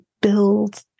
build